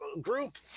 group